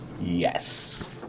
Yes